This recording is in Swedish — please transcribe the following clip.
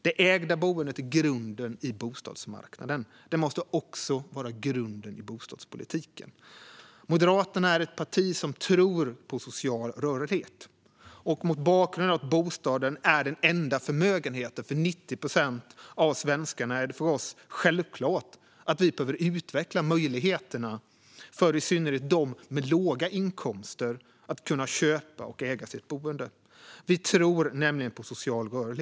Det ägda boendet är grunden i bostadsmarknaden. Det måste också vara grunden i bostadspolitiken. Moderaterna är ett parti som tror på social rörlighet. Mot bakgrund av att bostaden är den enda förmögenheten för 90 procent av svenskarna är det för oss självklart att vi behöver utveckla möjligheterna för i synnerhet dem med låga inkomster att köpa och äga sitt boende.